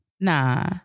Nah